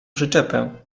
przyczepę